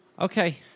Okay